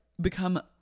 become